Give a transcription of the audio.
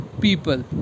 people